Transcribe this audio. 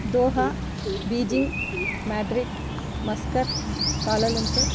Doha Beijing Madrid Muscat Kuala Lumpur